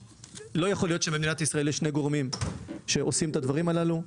לא יכול להיות שבמדינת ישראל יש שני גורמים שעושים את הדברים הללו.